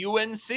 UNC